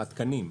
התקנים.